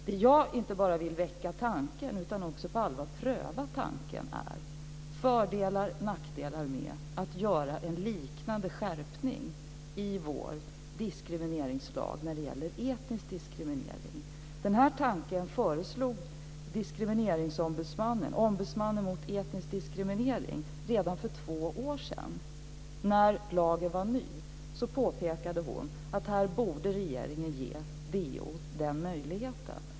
Jag vill inte bara väcka tanken utan också på allvar pröva fördelar och nackdelar med att göra en liknande skärpning i vår diskrimineringslag när det gäller etnisk diskriminering. Den tanken föreslog ombudsmannen mot etnisk diskriminering redan för två år sedan. När lagen var ny påpekade hon att här borde regeringen ge DO den möjligheten.